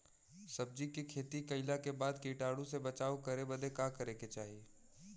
सब्जी के खेती कइला के बाद कीटाणु से बचाव करे बदे का करे के चाही?